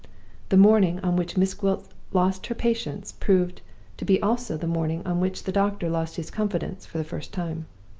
the morning on which miss gwilt lost her patience proved to be also the morning on which the doctor lost his confidence for the first time.